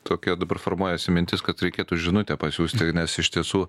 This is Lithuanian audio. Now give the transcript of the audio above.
tokia dabar formuojasi mintis kad reikėtų žinutę pasiųsti nes iš tiesų